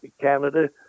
Canada